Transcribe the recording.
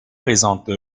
présente